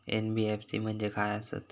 NBFC म्हणजे खाय आसत?